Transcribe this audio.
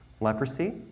leprosy